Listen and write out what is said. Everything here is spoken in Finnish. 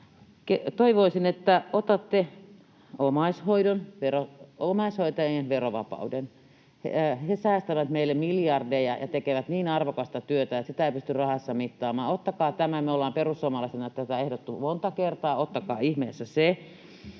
toivoisin, että otatte omaishoitajien verovapauden. He säästävät meille miljardeja ja tekevät niin arvokasta työtä, että sitä ei pysty rahassa mittaamaan. Ottakaa tämä. Me ollaan perussuomalaisina tätä ehdotettu monta kertaa. Ottakaa ihmeessä se